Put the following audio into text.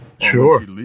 sure